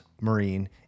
Marine